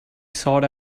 sought